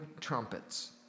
trumpets